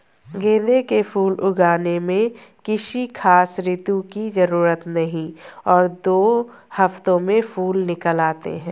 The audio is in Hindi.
गेंदे के फूल उगाने में किसी खास ऋतू की जरूरत नहीं और दो हफ्तों में फूल निकल आते हैं